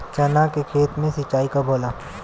चना के खेत मे सिंचाई कब होला?